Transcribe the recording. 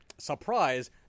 surprise